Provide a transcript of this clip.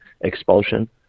expulsion